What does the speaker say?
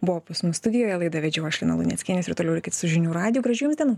buvo pas mus studijoje laidą vedžiau aš lina luneckienė jūs ir toliau likit su žinių radiju gražių jums dienų